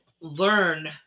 learn